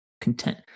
content